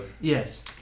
Yes